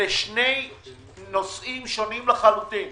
רעיון - האם נכון יהיה לשלם להם דמי אבטלה על התקופה הזו?